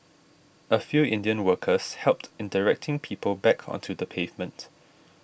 a few Indian workers helped in directing people back onto the pavement